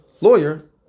lawyer